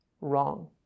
wrong